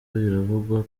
biravugwa